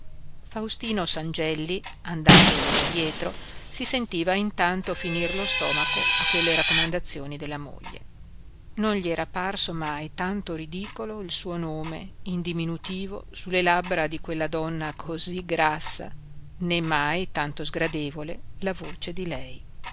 mare faustino sangelli andando loro dietro si sentiva intanto finir lo stomaco a quelle raccomandazioni della moglie non gli era parso mai tanto ridicolo il suo nome in diminutivo sulle labbra di quella donna cosí grassa né mai tanto sgradevole la voce di lei